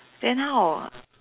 then how